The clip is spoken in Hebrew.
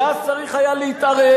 ואז צריך היה להתערב,